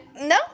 No